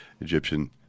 Egyptian